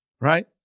right